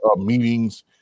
meetings